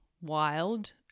wild